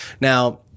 now